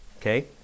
Okay